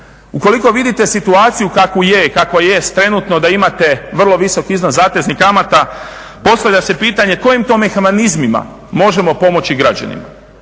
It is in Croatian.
Ukoliko vidite situaciju kakvu je i kakva jest trenutno, da imate vrlo visok iznos zateznih kamata postavlja se pitanje kojim to mehanizmima možemo pomoći građanima.